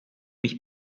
mich